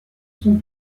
sont